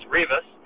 Rivas